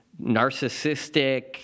narcissistic